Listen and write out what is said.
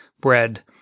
bread